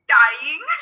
dying